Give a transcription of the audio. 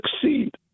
succeed